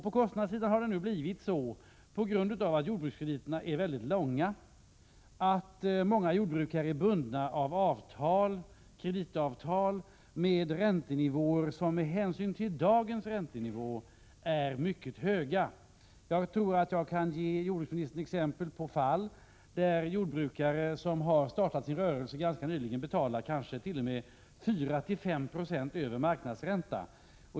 På kostnadssidan har det på grund av att jordbrukskrediterna är väldigt långa nu blivit så, att många jordbrukare är bundna av kreditavtal med räntenivåer som i jämförelse med dagens är mycket höga. Jag tror att jag kan ge jordbruksministern exempel på fall där jordbrukare som ganska nyligen har startat sin rörelse kanske betalar 4-5 96 över dagens marknadsränta.